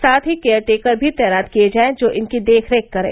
साथ ही केयरटेकर भी तैनात किए जाएं जो इनकी देखरेख करें